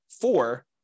four